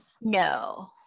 no